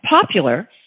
popular